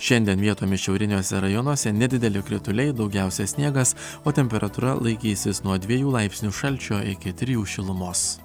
šiandien vietomis šiauriniuose rajonuose nedideli krituliai daugiausiai sniegas o temperatūra laikysis nuo dviejų laipsnių šalčio iki trijų šilumos